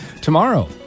tomorrow